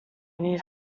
need